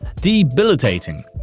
Debilitating